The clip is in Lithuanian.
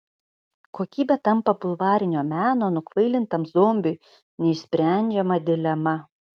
kokybė tampa bulvarinio meno nukvailintam zombiui neišsprendžiama dilema